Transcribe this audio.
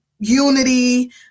Unity